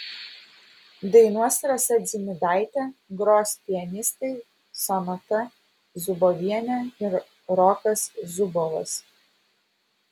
dainuos rasa dzimidaitė gros pianistai sonata zubovienė ir rokas zubovas